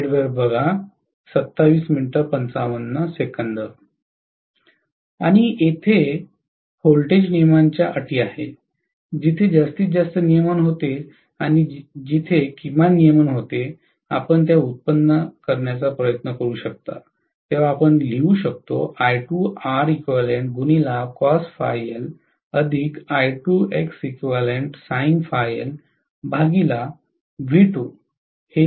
आणि तेथे व्होल्टेज नियमांच्या अटी आहेत जिथे जास्तीत जास्त नियमन होते आणि जेथे किमान नियमन होते आपण त्या व्युत्पन्न करण्याचा प्रयत्न करू शकता जेव्हा आपण लिहिता नियमन होते